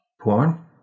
Porn